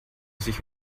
sich